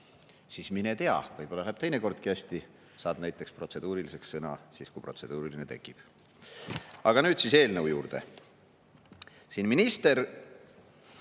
Mine tea, võib-olla läheb teine kordki hästi – saad näiteks protseduuriliseks sõna siis, kui protseduuriline küsimus tekib. Aga nüüd siis eelnõu juurde. Siin minister